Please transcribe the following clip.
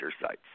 sites